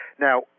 Now